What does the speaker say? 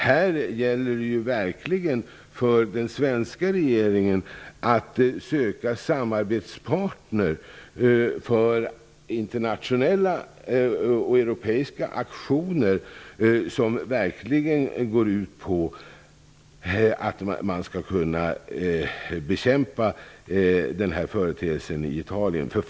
Här gäller det verkligen för den svenska regeringen att söka samarbetspartner för internationella och europeiska aktioner som verkligen går ut på möjligheten att bekämpa denna företeelse i Italien.